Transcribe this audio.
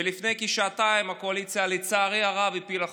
ולפני כשעתיים הקואליציה, לצערי הרב, הפילה חוק.